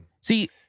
See